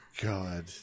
god